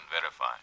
verify